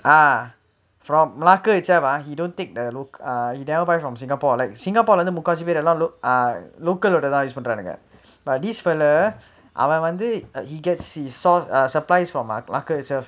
ah from melaka itself ah he go take err he never buy from singapore like singapore leh வந்து முக்காவாசி பேரு எல்லா:vanthu mukaavaasi peru ellaa err local ஓடதா:odathaa use பண்றாங்க:pandraangga but this fellow அவ வந்து:ava vanthu he gets his supply from melaka itself